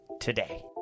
today